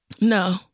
No